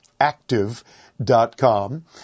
active.com